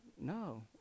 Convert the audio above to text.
no